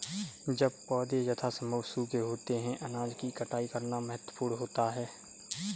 जब पौधे यथासंभव सूखे होते हैं अनाज की कटाई करना महत्वपूर्ण होता है